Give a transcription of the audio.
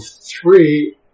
three